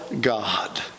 God